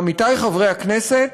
עמיתי חברי הכנסת,